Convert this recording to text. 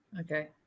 Okay